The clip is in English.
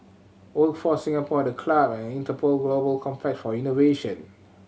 Workforce Singapore The Club and Interpol Global Complex for Innovation